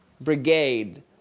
brigade